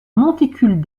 monticule